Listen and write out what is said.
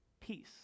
peace